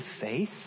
faith